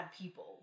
people